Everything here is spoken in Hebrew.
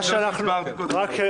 הקדמת הדיון היא מיום רביעי להיום.